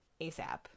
ASAP